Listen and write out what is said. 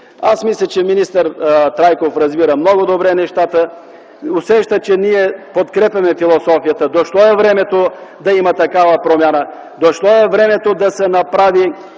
Аз мисля, че министър Трайков разбира много добре нещата, усеща, че ние подкрепяме философията. Дошло е времето да има такава промяна, дошло е времето да се направи